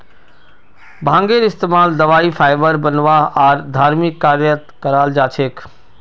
भांगेर इस्तमाल दवाई फाइबर बनव्वा आर धर्मिक कार्यत कराल जा छेक